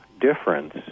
difference